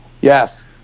yes